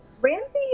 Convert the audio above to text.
Ramsey